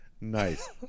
Nice